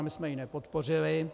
My jsme ji nepodpořili.